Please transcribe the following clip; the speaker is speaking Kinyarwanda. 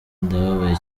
ndababaye